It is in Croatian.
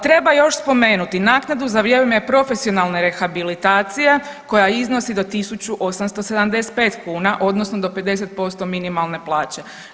Treba još spomenuti naknadu za vrijeme profesionalne rehabilitacije koja iznosi do 1.875 kuna odnosno do 50% minimalne plaće.